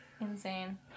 Insane